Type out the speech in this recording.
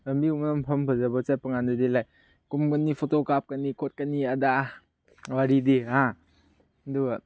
ꯂꯝꯕꯤꯒꯨꯝꯕ ꯃꯐꯝ ꯐꯖꯕ ꯆꯠꯄ ꯀꯥꯟꯗꯗꯤ ꯂꯥꯏꯛ ꯀꯨꯝꯒꯅꯤ ꯐꯣꯇꯣ ꯀꯥꯞꯀꯅꯤ ꯈꯣꯠꯀꯅꯤ ꯑꯗꯥ ꯋꯥꯔꯤꯗꯤ ꯍꯥ ꯑꯗꯨꯒ